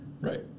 Right